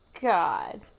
God